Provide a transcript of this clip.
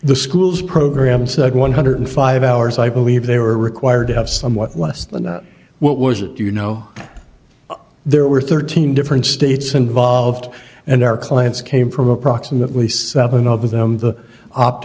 the school's program said one hundred five hours i believe they were required to have somewhat less than what was it you know there were thirteen different states involved and our clients came from approximately seven of them the opt